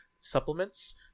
supplements